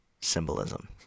Symbolism